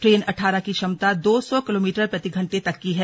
train अंड्डारह की क्षमता दो सौ किलोमीटर प्रति घंटे तक की है